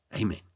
Amen